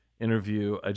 interview